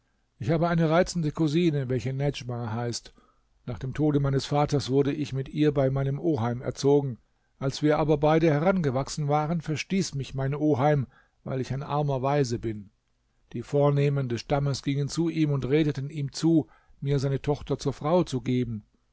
ich habe eine reizende cousine welche nedjma heißt nach dem tode meines vaters wurde ich mit ihr bei meinem oheim erzogen als wir aber beide herangewachsen waren verstieß mich mein oheim weil ich ein armer waise bin die vornehmen des stammes gingen zu ihm und redeten ihm zu mir seine tochter zur frau zu geben